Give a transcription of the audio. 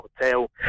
hotel